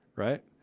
right